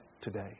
today